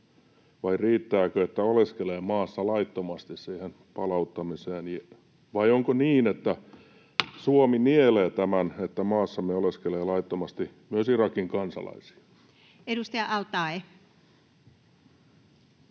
palauttamiseen, että oleskelee maassa laittomasti, vai onko niin, että Suomi nielee tämän, että maassamme oleskelee laittomasti myös Irakin kansalaisia? Edustaja al-Taee.